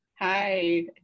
Hi